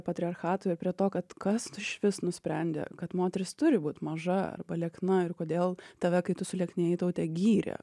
į patriarchatą prie to kad kastų išvis nusprendė kad moteris turi būti maža arba liekna ir kodėl tave kai tu sulieknėjai taute gyrė